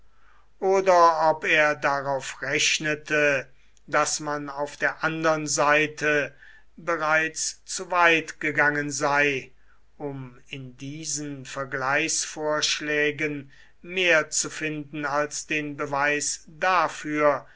oder ob er darauf rechnete daß man auf der andern seite bereits zu weit gegangen sei um in diesen vergleichsvorschlägen mehr zu finden als den beweis dafür